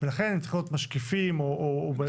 ולכן הם צריכים להיות משקיפים או בשימוע.